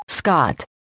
Scott